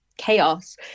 chaos